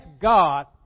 God